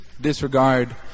disregard